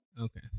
Okay